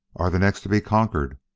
are the next to be conquered,